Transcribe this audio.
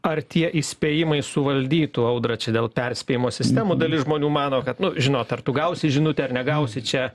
ar tie įspėjimai suvaldytų audrą čia dėl perspėjimo sistemų dalis žmonių mano kad nu žinot ar tu gausi žinutę ar negausi čia